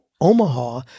Omaha